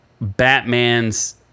Batman's